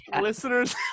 listeners